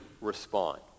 respond